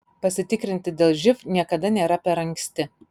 pasitikrinti dėl živ niekada nėra per anksti